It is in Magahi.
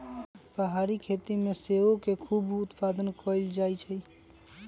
पहारी खेती में सेओ के खूब उत्पादन कएल जाइ छइ